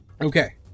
okay